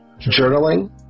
journaling